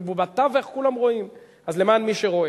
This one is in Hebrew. בתווך כולם רואים, אז למען מי שרואה.